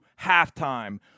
halftime